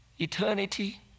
eternity